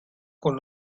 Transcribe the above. con